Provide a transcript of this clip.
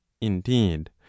Indeed